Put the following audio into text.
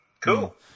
Cool